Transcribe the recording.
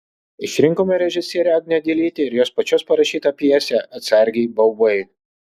išrinkome režisierę agnę dilytę ir jos pačios parašytą pjesę atsargiai baubai